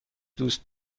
دوست